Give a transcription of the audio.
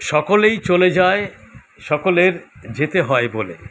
সকলেই চলে যায় সকলের যেতে হয় বলে